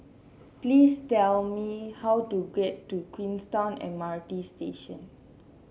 please tell me how to get to Queenstown M R T Station